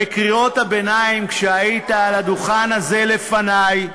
בקריאות הביניים, כשהיית על הדוכן הזה לפני,